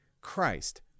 Christ